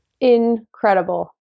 Incredible